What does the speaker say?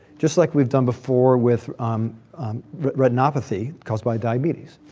just like we've done before with retinopathy caused by diabetes.